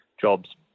jobs